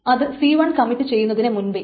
അത് C1 commit ചെയ്യുന്നതിനു മുൻപെ